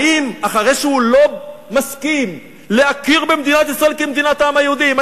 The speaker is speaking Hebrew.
האם אחרי שהוא לא מסכים להכיר במדינת ישראל כמדינת העם היהודי,